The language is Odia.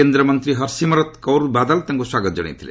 କେନ୍ଦ୍ରମନ୍ତ୍ରୀ ହରସିମରତ୍ କୌର ବାଦଲ ତାଙ୍କୁ ସ୍ୱାଗତ ଜଣାଇଥିଲେ